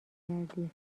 کردی